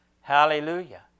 Hallelujah